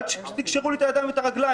אל תקשרו לי את הידיים ואת הרגליים.